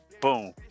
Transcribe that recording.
Boom